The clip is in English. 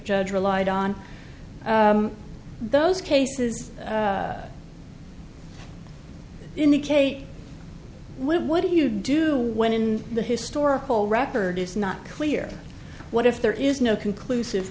judge relied on those cases indicate what do you do when in the historical record it's not clear what if there is no conclusive